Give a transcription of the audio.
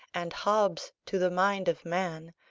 and hobbes to the mind of man,